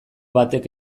batek